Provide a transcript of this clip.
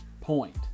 Point